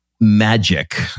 magic